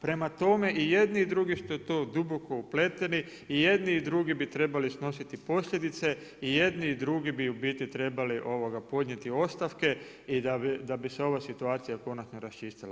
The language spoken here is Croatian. Prema tome, i jedni i drugi su tu duboku upleteni i jedni i drugi bi trebali snositi posljedice, i jedni i drugi bi u biti trebali podnijeti ostavke da bi se ova situacija konačno raščistila.